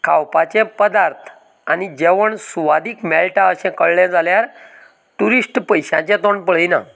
खावपाचे पदार्थ आनी जेवण सुवादीक मेळटा अशें कळ्ळें जाल्यार ट्युरिस्ट पयशांचे तोंड पळयना